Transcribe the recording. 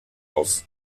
auf